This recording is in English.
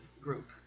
group